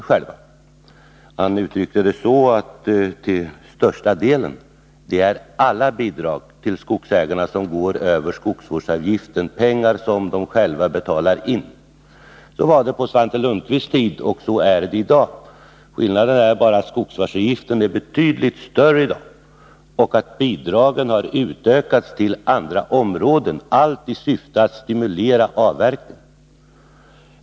Han sade att det skedde ”till största delen”. Alla bidrag till skogsägarna, som går över skogsvårdsavgiften, är pengar som de själva betalar in. Så var det på Svante Lundkvists tid, och så är det i dag. Skillnaden är bara den att skogsvårdsavgiften är betydligt större i dag och att bidragen har utökats till andra områden, allt i syfte att stimulera till avverkning.